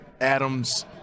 Adams